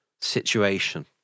situation